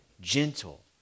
gentle